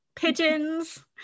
Pigeons